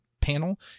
panel